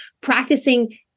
practicing